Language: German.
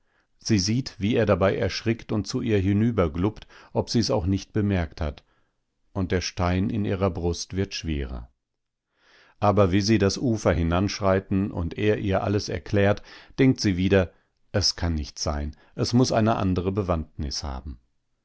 sie sieht wie er dabei erschrickt und zu ihr herüberglupt ob sie's auch nicht bemerkt hat und der stein in ihrer brust wird schwerer aber wie sie das ufer hinanschreiten und er ihr alles erklärt denkt sie wieder es kann nicht sein es muß eine andere bewandtnis haben